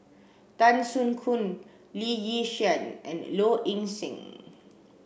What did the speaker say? Tan Soo Khoon Lee Yi Shyan and Low Ing Sing